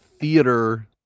theater